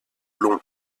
long